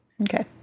Okay